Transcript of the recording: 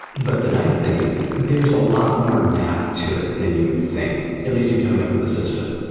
but the nice thing is, there's a lot more math to it than you would think, at least in coming up with a system.